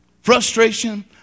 Frustration